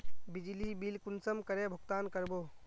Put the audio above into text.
बिजली बिल कुंसम करे भुगतान कर बो?